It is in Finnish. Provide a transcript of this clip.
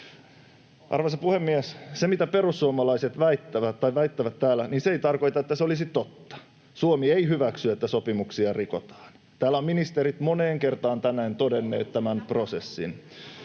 Arvoisa puhemies! Se, mitä perussuomalaiset väittävät täällä, ei tarkoita, että se olisi totta. Suomi ei hyväksy, että sopimuksia rikotaan. Täällä ovat ministerit moneen kertaan tänään todenneet tämän prosessin.